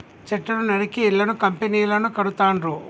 చెట్లను నరికి ఇళ్లను కంపెనీలను కడుతాండ్రు